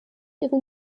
ihre